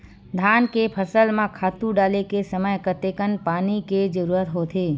धान के फसल म खातु डाले के समय कतेकन पानी के जरूरत होथे?